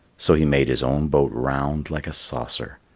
so he made his own boat round like a saucer.